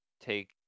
take